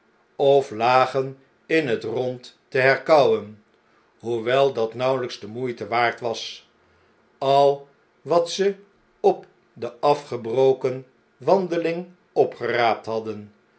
of lagen in het rond te herkauwen hoewel dat nauwel jjks de moeite waard was al wat ze op de afgebroken wandeling opgeraapt hadden